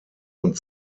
und